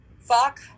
Fuck